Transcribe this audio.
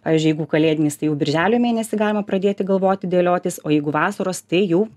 pavyzdžiui jeigu kalėdinis tai jau birželio mėnesį galima pradėti galvoti dėliotis o jeigu vasaros tai jau